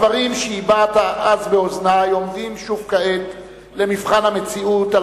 הדברים שהבעת אז באוזני עומדים שוב כעת למבחן המציאות על